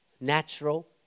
natural